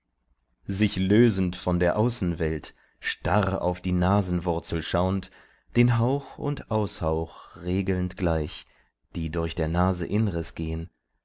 sich lösend von der außenwelt starr auf die nasenwurzel schau'nd den hauch und aushauch regelnd gleich die durch der nase innres gehn